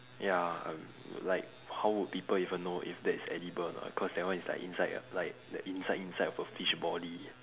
ya err like how would people even know if that is edible or not cause that one is like inside ah like the inside inside of a fish body